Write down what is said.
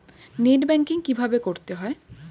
Net banking কীভাবে করতে হয়?